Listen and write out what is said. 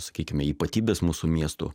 sakykime ypatybės mūsų miestų